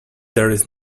there’s